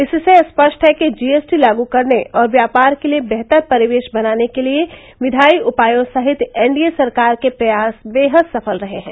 इससे स्पष्ट है कि जीएसटी लागू करने और व्यापार के लिए बेहतर परिवेश बनाने के विधायी उपायों सहित एनडीए सरकार के प्रयास बेहद सफल रहे हैं